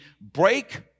Break